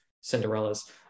Cinderella's